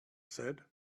said